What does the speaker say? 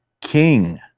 King